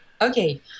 Okay